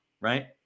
right